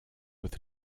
with